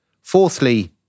Fourthly